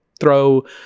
throw